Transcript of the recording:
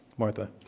martha?